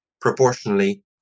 proportionally